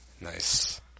Nice